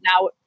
now